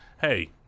hey